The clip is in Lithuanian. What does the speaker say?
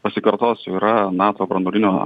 pasikartosiu yra nato branduolinio